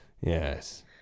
Yes